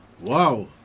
Wow